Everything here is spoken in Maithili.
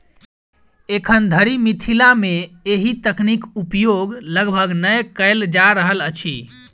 एखन धरि मिथिला मे एहि तकनीक उपयोग लगभग नै कयल जा रहल अछि